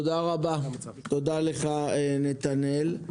תודה לך, נתנאל.